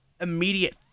immediate